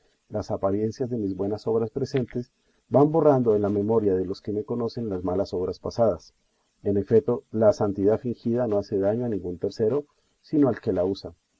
las apariencias de mis buenas obras presentes van borrando en la memoria de los que me conocen las malas obras pasadas en efeto la santidad fingida no hace daño a ningún tercero sino al que la usa